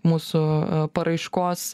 mūsų paraiškos